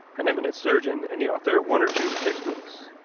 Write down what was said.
an eminent surgeon, and the author of one or two textbooks.